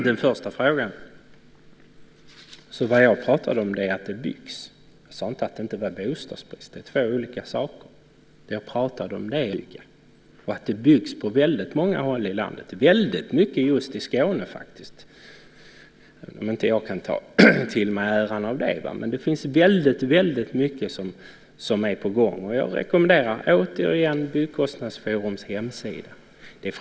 Herr talman! Vad jag sade var att det byggs. Jag sade inte att det inte var bostadsbrist. Det är två olika saker. Jag sade att det faktiskt går att bygga, och att det byggs på väldigt många håll i landet. Det byggs väldigt mycket just i Skåne, även om jag inte kan ta åt mig äran av det. Det är väldigt mycket på gång. Jag rekommenderar återigen Byggkostnadsforums hemsida.